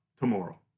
tomorrow